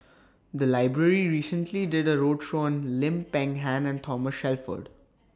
The Library recently did A roadshow on Lim Peng Han and Thomas Shelford